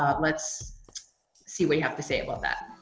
let's see what you have to say about that.